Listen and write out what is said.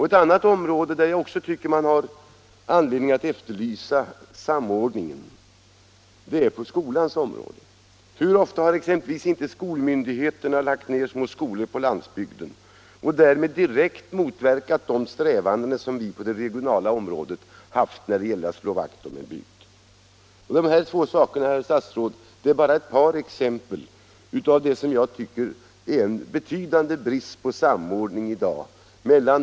Ett annat område där jag tycker vi har anledning att efterlysa samordning är skolans område. Hur ofta har exempelvis inte skolmyndigheterna lagt ned små skolor på landsbygden och därmed direkt motverkat de strävanden som vi på det regionala planet har haft att slå vakt om en bygd. Detta är, herr statsråd, bara ett par exempel på vad jag tycker är en betydande brist på samordning.